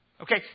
Okay